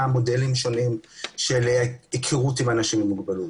מודלים של היכרות עם אנשים עם מוגבלות,